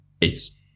It's-